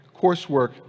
coursework